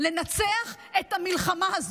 לנצח את המלחמה הזו.